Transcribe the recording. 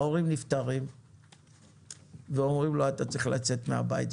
ההורים נפטרים ואומרים לו אתה צריך לצאת מהבית,